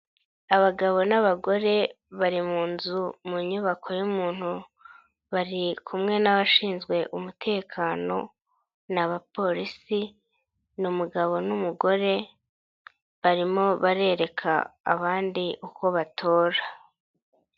Abagabo n'abagore bari mu nzu mu nyubako y'umuntu, bari kumwe n'abashinzwe umutekano, ni abapolisi, ni umugabo n'umugore, barimo barereka abandi uko batora.